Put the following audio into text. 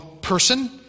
person